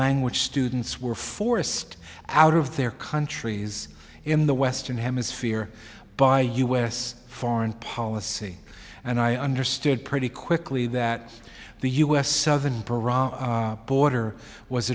language students were forced out of their countries in the western hemisphere by u s foreign policy and i understood pretty quickly that the u s southern pariah border was